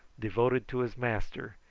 devoted to his master,